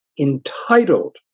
entitled